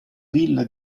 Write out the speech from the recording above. villa